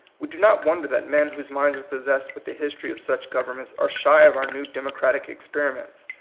we do not wonder that men whose minds are possessed with the history of such governments are shy of our new demo cratic experiments.